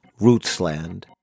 Rootsland